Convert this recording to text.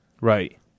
Right